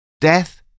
death